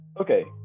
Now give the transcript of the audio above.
okay